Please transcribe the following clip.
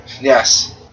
Yes